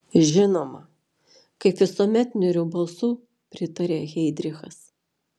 žinoma kaip visuomet niūriu balsu pritarė heidrichas